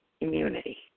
immunity